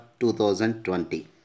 2020